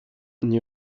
new